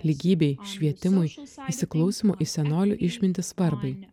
lygybei švietimui įsiklausymo į senolių išmintį svarbai